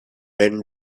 when